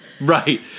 Right